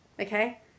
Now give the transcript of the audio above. okay